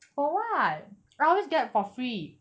for what I always get for free